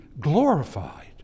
glorified